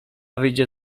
wyjdzie